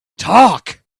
talk